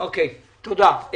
תודה.